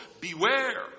Beware